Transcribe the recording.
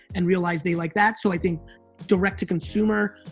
and realize they like that, so i think direct to consumer